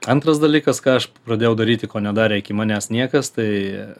antras dalykas ką aš pradėjau daryti ko nedarė iki manęs niekas tai